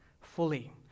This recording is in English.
fully